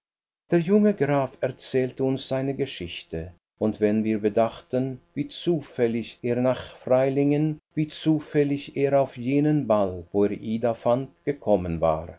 der junge graf erzählte uns seine geschichte und wenn wir bedachten wie zufällig er nach freilingen wie zufällig er auf jenen ball wo er ida fand gekommen war